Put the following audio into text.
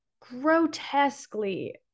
grotesquely